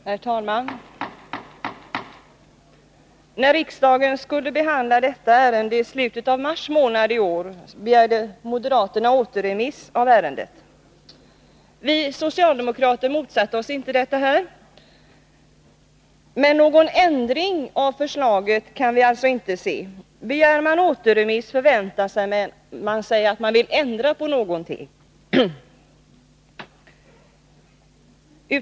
Herr talman! När riksdagen skulle behandla detta ärende i slutet av mars månad i år, begärde moderaterna återremiss av ärendet. Vi socialdemokrater motsatte oss inte detta. Men någon ändring av förslaget kan vi inte se. Begär man återremiss förväntas att man vill ändra på någonting.